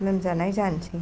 लोमजानाय जानोसै